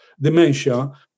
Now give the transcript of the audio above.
dementia